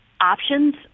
options